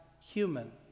human